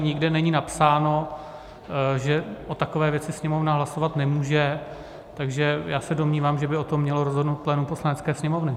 Nikde není napsáno, že o takové věci Sněmovna hlasovat nemůže, takže já se domnívám, že by o tom mělo rozhodnout plénum Poslanecké sněmovny.